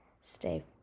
Stay